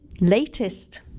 latest